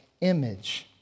image